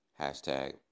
hashtag